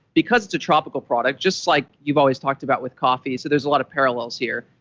because it's a tropical product, just like you've always talked about with coffee. so there's a lot of parallels here.